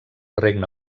regne